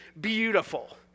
beautiful